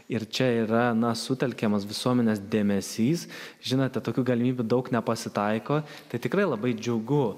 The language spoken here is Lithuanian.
ir čia yra na sutelkiamas visuomenės dėmesys žinote tokių galimybių daug nepasitaiko tai tikrai labai džiugu